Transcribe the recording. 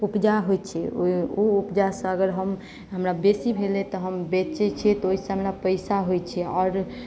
उपजा होइत छै ओ उपजासँ अगर हम हमरा बेसी भेलै तऽ हम बेचैत छियै तऽ ओहिसँ हमरा पैसा होइत छै आओर